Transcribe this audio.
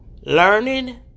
learning